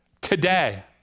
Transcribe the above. Today